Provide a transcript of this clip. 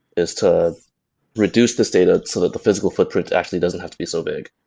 is to reduce this data so that the physical footprint actually doesn't have to be so big.